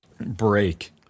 break